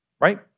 right